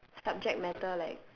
subject matter like